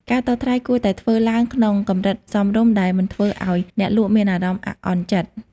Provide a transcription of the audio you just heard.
ការតថ្លៃគួរតែធ្វើឡើងក្នុងកម្រិតសមរម្យដែលមិនធ្វើឲ្យអ្នកលក់មានអារម្មណ៍អាក់អន់ចិត្ត។